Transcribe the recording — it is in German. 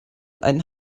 einen